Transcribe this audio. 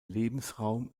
lebensraum